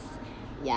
ya